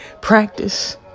practice